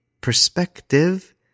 perspective